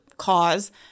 cause